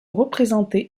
représenté